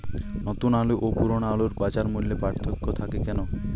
নতুন আলু ও পুরনো আলুর বাজার মূল্যে পার্থক্য থাকে কেন?